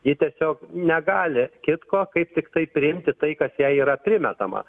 ji tiesiog negali kitko kaip tiktai priimti tai kas jai yra primetama